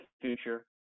future